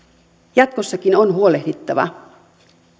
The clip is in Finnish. jatkossakin on huolehdittava